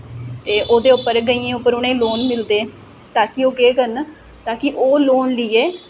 ते ओह्दे उप्पर गइयें उप्पर उ'नें गी लोन मिलदे ताकि ओह् केह् करन कि ओह् लोन लेइयै